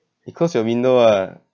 you close your window ah